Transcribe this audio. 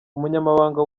umunyamabanga